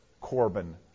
Corbin